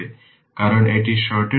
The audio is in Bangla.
সুতরাং আমি আবার সেই এক্সপ্রেশনে ফিরে যাব